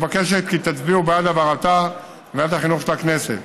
ומבקשת כי תצביעו בעד העברתה לוועדת החינוך של הכנסת.